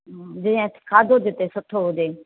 जीअं खाधो जिते सुठो हुजे